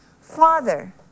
Father